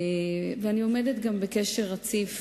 ואני עומדת גם בקשר רציף